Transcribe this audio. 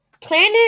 planet